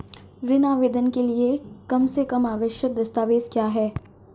ऋण आवेदन के लिए कम से कम आवश्यक दस्तावेज़ क्या हैं?